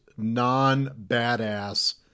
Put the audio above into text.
non-badass